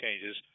changes